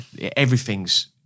everything's